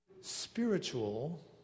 spiritual